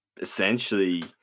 essentially